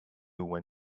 when